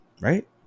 right